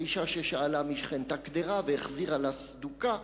האשה ששאלה משכנתה קדרה והחזירה לה אותה סדוקה,